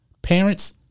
Parents